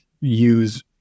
use